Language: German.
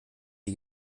die